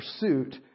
pursuit